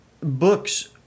books